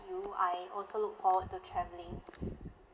you I also look forward to traveling